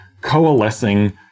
coalescing